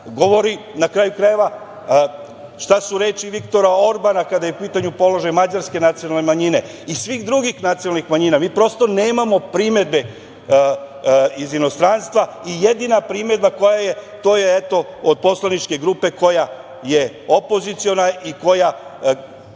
govori, na kraju krajeva, šta su reči Viktora Orbana kada je u pitanju položaj mađarske nacionalne manjine i svih drugih nacionalnih manjina. Mi prosto nemamo primedbe iz inostranstva. Jedina primedba koja je, to je, eto, od poslaničke grupe koja je opoziciona i koja